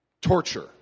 Torture